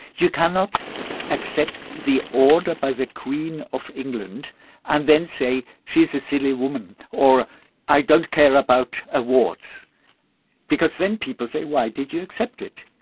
you cannot accept the order by the queen of england and then say she's a silly woman or i don't care about awards because then people say, why did you accept it?